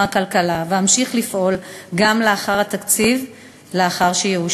הכלכלה ואמשיך לפעול גם לאחר שהתקציב שיאושר.